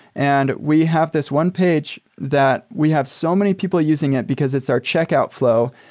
and we have this one page that we have so many people using it because it's our checkout flow.